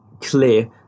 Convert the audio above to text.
clear